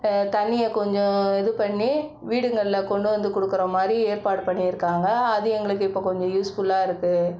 தண்ணியை கொஞ்சம் இது பண்ணி வீடுங்களில் கொண்டு வந்து கொடுக்குற மாதிரி ஏற்பாடு பண்ணியிருக்காங்க அது எங்களுக்கு இப்போ கொஞ்சம் யூஸ்ஃபுல்லாக இருக்குது